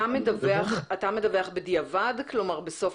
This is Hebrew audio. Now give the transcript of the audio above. אתה מדווח בדיעבד, כלומר בסוף הפעולה?